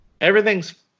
everything's